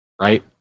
right